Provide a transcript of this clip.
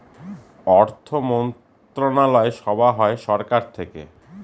অর্থমন্ত্রণালয় সভা হয় সরকার থেকে